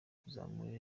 kuzamura